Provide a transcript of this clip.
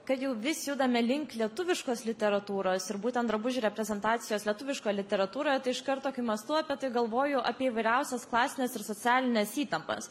kad jau vis judame link lietuviškos literatūros ir būtent drabužių reprezentacijos lietuviškoj literatūroje tai iš karto kai mąstau apie tai galvoju apie įvairiausias klasines ir socialines įtampas